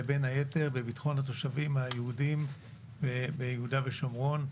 בין היתר בביטחון התושבים היהודים ביהודה ושומרון,